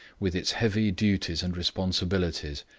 with its heavy duties and responsibilities,